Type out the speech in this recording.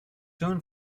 soon